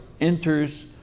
enters